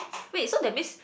wait so that means